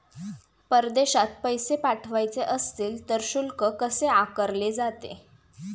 परदेशात पैसे पाठवायचे असतील तर शुल्क कसे आकारले जाते?